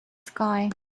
sky